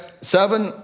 seven